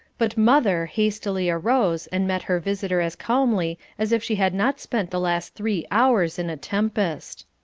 but mother hastily arose and met her visitor as calmly as if she had not spent the last three hours in a tempest.